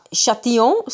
Châtillon